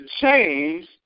change